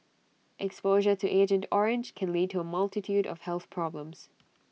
exposure to agent orange can lead to A multitude of health problems